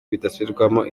bidasubirwaho